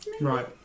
Right